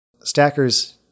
Stackers